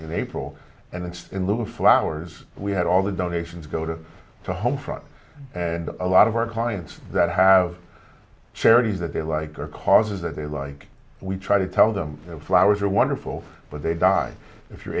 in april and it's in lieu of flowers we had all the donations go to the home front and a lot of our clients that have charities that they like are causes that they like we try to tell them the flowers are wonderful but they die if you're